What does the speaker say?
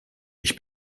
ich